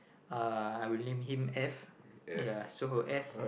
uh I would name him F ya so F